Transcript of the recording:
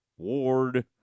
Ward